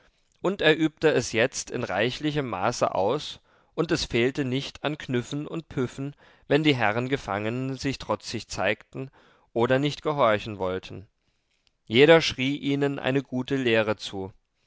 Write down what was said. und er übte es jetzt in reichlichem maße aus und es fehlte nicht an knüffen und püffen wenn die herren gefangenen sich trotzig zeigten oder nicht gehorchen wollten jeder schrie ihnen eine gute lehre zu